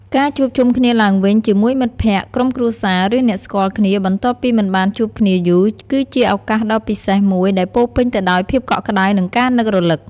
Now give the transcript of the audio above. ការជួបជុំគ្នាឡើងវិញជាមួយមិត្តភក្តិ ក្រុមគ្រួសារ ឬអ្នកស្គាល់គ្នា បន្ទាប់ពីមិនបានជួបគ្នាយូរ គឺជាឱកាសដ៏ពិសេសមួយដែលពោរពេញទៅដោយភាពកក់ក្តៅ និងការនឹករលឹក។